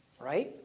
Right